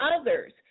others